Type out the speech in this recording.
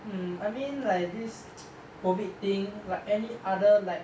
um I mean like this COVID thing like any other like